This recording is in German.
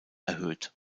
erhöht